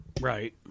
Right